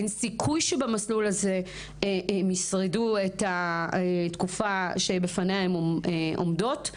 אין סיכוי שבמסלול הזה הן ישרדו את התקופה שבפניה הן עומדות.